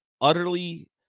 utterly